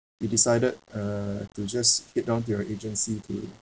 we decided uh to just head down to your agency to